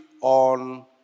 on